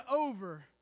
over